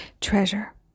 Treasure